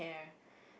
care